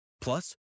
Plus